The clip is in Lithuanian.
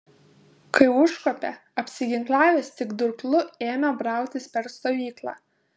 kai užkopė apsiginklavęs tik durklu ėmė brautis per stovyklą